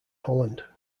holland